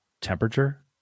temperature